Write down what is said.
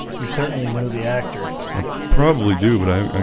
you certainly know the actors probably do but i'm